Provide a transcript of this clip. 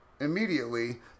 immediately